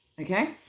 okay